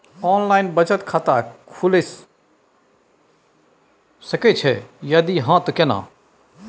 Online बचत खाता खुलै सकै इ, यदि हाँ त केना?